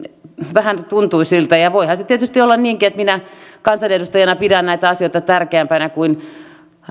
vähän tuntui siltä ja voihan se tietysti olla niinkin että minä kansanedustajana pidän näitä asioita tärkeämpänä kuin